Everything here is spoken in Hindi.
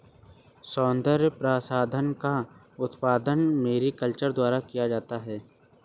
सौन्दर्य प्रसाधन का उत्पादन मैरीकल्चर द्वारा किया जाता है